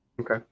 Okay